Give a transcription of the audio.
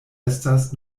estas